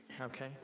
Okay